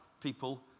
people